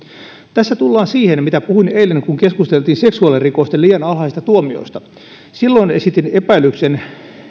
tässä tullaan siihen mistä puhuin eilen kun keskusteltiin seksuaalirikosten liian alhaisista tuomioista silloin esitin epäilyksen